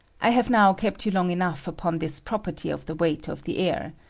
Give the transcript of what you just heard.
i have now kept you long enough upon this property of the weight of the air,